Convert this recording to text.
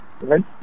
right